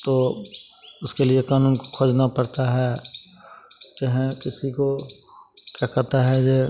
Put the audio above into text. तो उसके लिए कानून को खोजना पड़ता है चाहें किसी को क्या कहता है यह